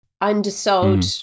undersold